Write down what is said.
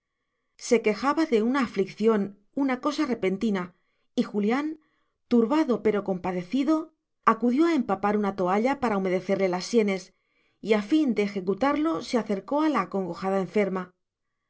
se quejaba de una aflición una cosa repentina y julián turbado pero compadecido acudió a empapar una toalla para humedecerle las sienes y a fin de ejecutarlo se acercó a la acongojada enferma